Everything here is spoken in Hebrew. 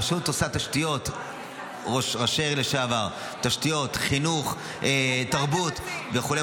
הרשות עושה תשתיות, חינוך, תרבות וכו'.